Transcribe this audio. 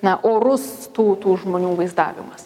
na orus tų tų žmonių vaizdavimas